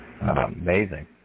Amazing